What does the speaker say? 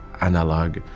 analog